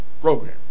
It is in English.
program